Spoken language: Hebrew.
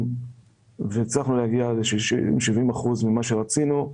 והצלחנו להגיע ל-70 אחוזים ממה שרצינו.